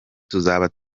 tuzaba